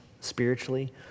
spiritually